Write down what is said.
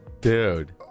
dude